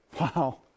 wow